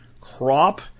crop